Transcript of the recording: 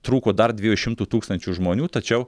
trūko dar dviejų šimtų tūkstančių žmonių tačiau